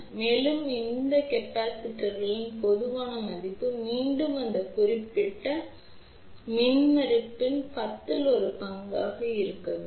மேலும் இந்த கொள்ளளவுகளின் பொதுவான மதிப்பு மீண்டும் இந்த குறிப்பிட்ட மின்மறுப்பின் பத்தில் ஒரு பங்காக இருக்க வேண்டும்